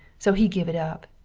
so he give it up.